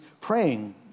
praying